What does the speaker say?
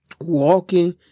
walking